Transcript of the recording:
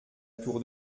tour